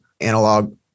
analog